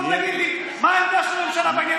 בוא תגיד לי מה העמדה של הממשלה בעניין